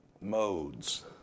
modes